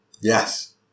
Yes